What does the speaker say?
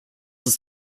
ist